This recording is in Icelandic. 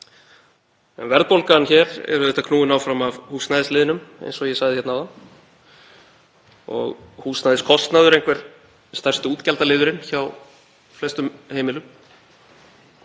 Verðbólgan hér er auðvitað knúin áfram af húsnæðisliðnum, eins og ég sagði áðan, og húsnæðiskostnaður er einhver stærsti útgjaldaliðurinn hjá flestum heimilum.